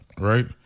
right